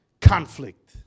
Conflict